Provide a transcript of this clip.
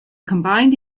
combined